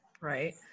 Right